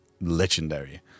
legendary